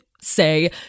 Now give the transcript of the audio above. say